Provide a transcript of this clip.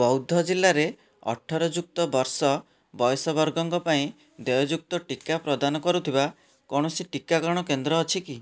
ବୌଦ୍ଧ ଜିଲ୍ଲାରେ ଅଠର ଯୁକ୍ତ ବର୍ଷ ବୟସ ବର୍ଗଙ୍କ ପାଇଁ ଦେୟଯୁକ୍ତଟିକା ପ୍ରଦାନ କରୁଥିବା କୌଣସି ଟିକାକରଣ କେନ୍ଦ୍ର ଅଛି କି